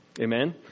Amen